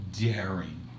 daring